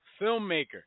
filmmaker